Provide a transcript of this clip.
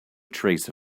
trace